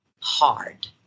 hard